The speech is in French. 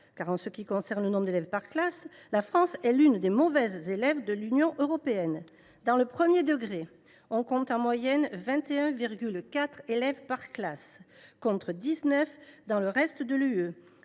part, en ce qui concerne le nombre d’élèves par classe, la France est l’une des mauvaises élèves de l’Union européenne. Dans le premier degré, on compte en moyenne 21,4 élèves par classe, contre 19 dans le reste de l’Union